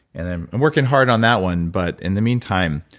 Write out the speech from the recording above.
and i'm working hard on that one. but in the meantime,